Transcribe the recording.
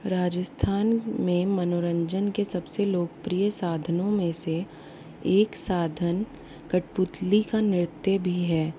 राजस्थान में मनोरंजन के सबसे लोकप्रिय साधनों में से एक साधन कठपुतली का नृत्य भी है